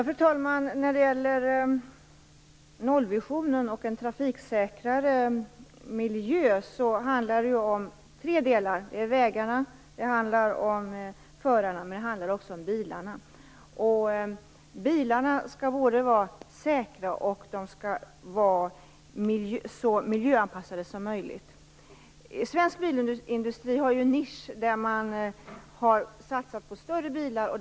Fru talman! När det gäller nollvisionen och detta med en trafiksäkrare miljö handlar det om tre delar: vägarna, förarna och bilarna. Bilarna skall vara både säkra och så miljöanpassade som möjligt. Svensk bilindustri har ju en nisch som innebär att man satsat på större bilar.